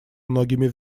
многими